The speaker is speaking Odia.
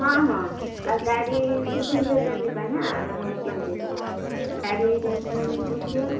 ହଁ ହଁ ଆଉ ଗାଡ଼ି ବୁଝିଲେ ତ ଯିବା ନା ନହେଲେ କେମିତି ଯିବା ଗାଡ଼ିରେ ବୁଝିବା